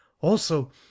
Also